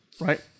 Right